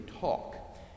talk